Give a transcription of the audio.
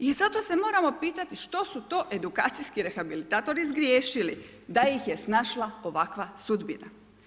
I zato se moramo pitati što su to edukacijski rehabilitatori zgriješili da ih je snašla ovakva sudbina.